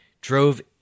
drove